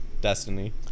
Destiny